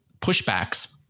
pushbacks